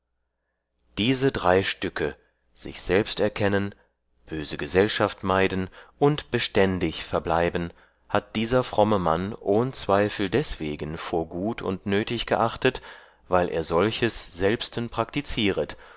diese drei stücke sich selbst erkennen böse gesellschaft meiden und beständig verbleiben hat dieser fromme mann ohn zweifel deswegen vor gut und nötig geachtet weil er solches selbsten praktizieret